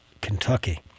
Kentucky